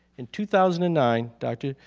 in two thousand and nine, dr.